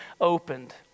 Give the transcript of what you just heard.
opened